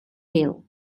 hill